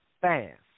fast